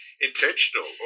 intentional